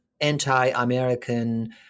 anti-American